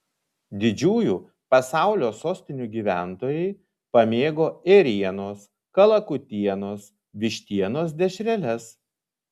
didžiųjų pasaulio sostinių gyventojai pamėgo ėrienos kalakutienos vištienos dešreles